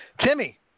Timmy